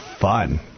fun